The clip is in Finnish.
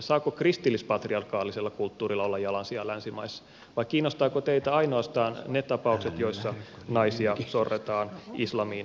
saako kristillis patriarkaalisella kulttuurilla olla jalansijaa länsimaissa vai kiinnostavatko teitä ainoastaan ne tapaukset joissa naisia sorretaan islamiin vedoten